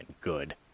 good